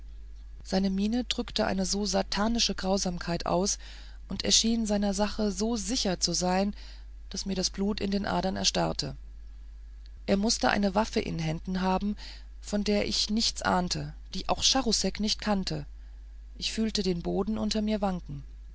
seine mienen drückten eine so satanische grausamkeit aus und er schien seiner sache so sicher zu sein daß mir das blut in den adern erstarrte er mußte eine waffe in händen haben von der ich nichts ahnte die auch charousek nicht kannte ich fühlte den boden unter mir wanken